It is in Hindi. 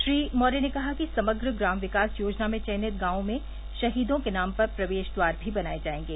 श्री मौर्य ने कहा कि समग्र ग्राम विकास योजना में चयनित गाँवों में शहीदों के नाम पर प्रवेश द्वार भी बनाये जायेंगे